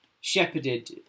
shepherded